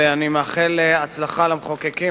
ואני מאחל הצלחה למחוקקים,